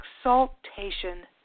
exaltation